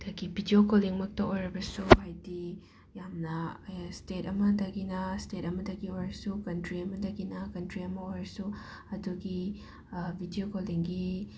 ꯑꯗꯒꯤ ꯕꯤꯗ꯭ꯌꯣ ꯀꯣꯜꯂꯤꯡꯃꯛꯇ ꯑꯣꯏꯔꯕꯁꯨ ꯍꯥꯏꯗꯤ ꯌꯥꯝꯅ ꯁ꯭ꯇꯦꯠ ꯑꯃꯗꯒꯤꯅ ꯁ꯭ꯇꯦꯠ ꯑꯃꯗꯒꯤ ꯑꯣꯏꯔꯁꯨ ꯀꯟꯇ꯭ꯔꯤ ꯑꯃꯗꯒꯤꯅ ꯀꯟꯇ꯭ꯔꯤ ꯑꯃ ꯑꯣꯏꯔꯁꯨ ꯑꯗꯨꯒꯤ ꯕꯤꯗ꯭ꯌꯣ ꯀꯣꯜꯂꯤꯡꯒꯤ